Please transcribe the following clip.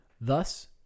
thus